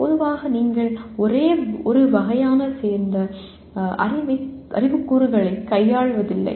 பொதுவாக நீங்கள் ஒரே ஒரு வகையைச் சேர்ந்த அறிவு கூறுகளைக் கையாள்வதில்லை